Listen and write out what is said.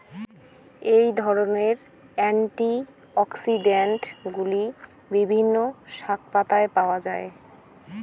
এই ধরনের অ্যান্টিঅক্সিড্যান্টগুলি বিভিন্ন শাকপাতায় পাওয়া য়ায়